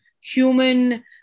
human